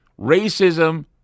Racism